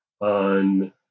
on